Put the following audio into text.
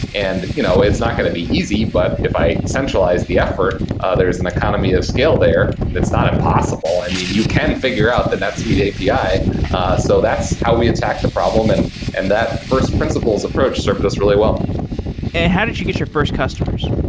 and you know it's not going to be easy. but if i centralize the effort, there's an economy of scale there, and it's not impossible. i mean, you can figure out the netsuite api. so that's how we attacked the problem and and that first principles approach served us really well and how did you get your first customers?